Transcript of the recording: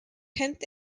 tenth